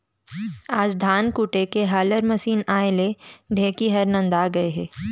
आज धान कूटे के हालर मसीन आए ले ढेंकी ह नंदा गए हे